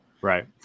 Right